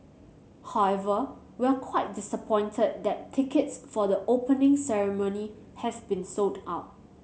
however we're quite disappointed that tickets for the Opening Ceremony have been sold out